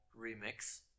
remix